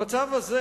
המצב הזה,